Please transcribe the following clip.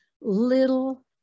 little